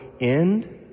end